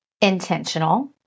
Intentional